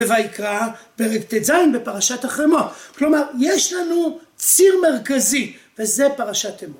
‫ויקרא פרק ט״ז ‫בפרשת אחרי מות. ‫כלומר, יש לנו ציר מרכזי, ‫וזה פרשת אחרי מות.